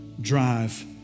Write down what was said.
drive